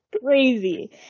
crazy